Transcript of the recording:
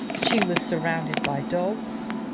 she was surrounded by dogs,